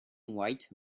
white